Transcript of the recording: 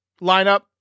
lineup